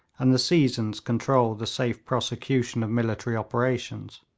and the seasons control the safe prosecution of military operations.